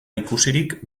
ikusirik